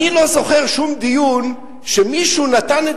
אני לא זוכר שום דיון שמישהו נתן את